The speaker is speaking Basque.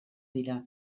dira